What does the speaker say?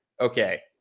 Okay